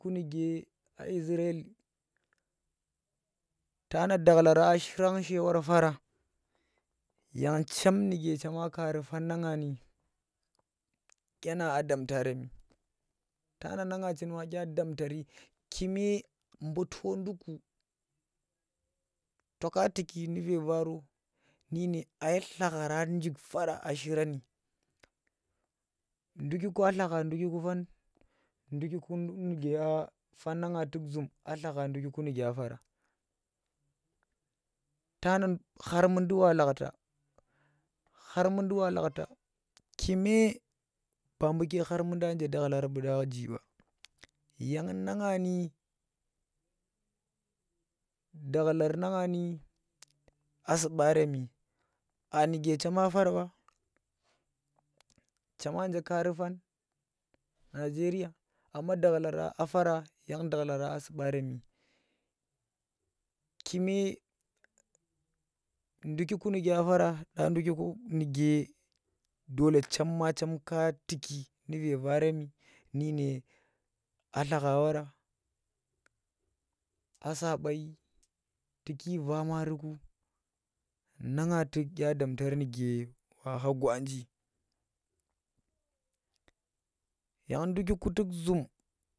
Shunuke ai zuran tana dakhlara a shi ran she wara fara yang chem nuke chema kaari fan na nga ni dyenan a damtaremi tana na nga chim dya damtari buu to nduku to ka tuki nu Ve Varo nune ai lakhara nduk fara nuke a shirani ndukiku a lakha nduki fan ndukiku nuke afan na ngga zum aa lakha nduki nuke afara tana khar mundi wa lakhta kume ba buuke khar munda nje dakhlara buu da njii ba yang na ngga ni dakhlar na nga ni a subaremi aa nuke chema far ba chema nje kaari fan nigeria amma dakhlara a fara yang dakhlara a suɓa remi ki me ndukiku nuke a fara dya ndukiku nuke chema chem ka tukk nu Ve Varemi nudyine a lakha wara a sa byai tu va maari ku nang tuk damta nuke wa kha gwanji yang nduki ku tuk zum.